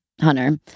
Hunter